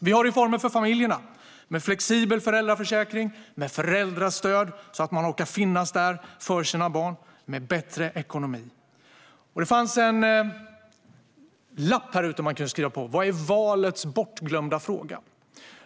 Vi har reformer för familjerna med flexibel föräldraförsäkring, med föräldrastöd så att man orkar finnas där för sina barn med bättre ekonomi. Det fanns en lapp här utanför som man kunde skriva på med frågan: Vad är valets bortglömda fråga?